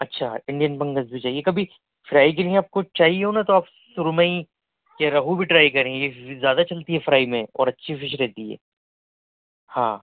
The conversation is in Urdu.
اچھا انڈین فنگس بھی چاہیے کبھی فرائی کے لیے آپ کو چاہیے ہو نا تو آپ سرمئی یا رہو بھی ٹرائی کریں یہ زیادہ چلتی ہے فرائی میں اور اچھی فش رہتی ہے ہاں